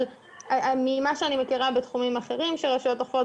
אבל ממה שאני מכירה בתחומים אחרים של רשויות החוק,